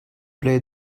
play